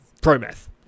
Pro-meth